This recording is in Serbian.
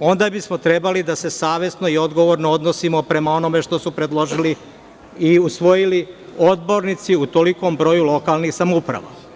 onda bismo trebali da se savesno i odgovorno odnosimo prema onome što su predložili i usvojili odbornici u tolikom broju lokalnih samouprava.